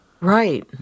Right